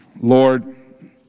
Lord